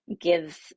give